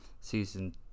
season